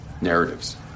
narratives